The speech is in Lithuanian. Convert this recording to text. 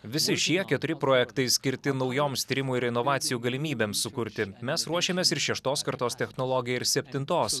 visi šie keturi projektai skirti naujoms tyrimų ir inovacijų galimybėms sukurti mes ruošiamės ir šeštos kartos technologijai ir septintos